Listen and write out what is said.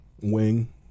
wing